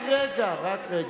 רק רגע.